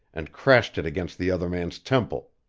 and crashed it against the other man's temple.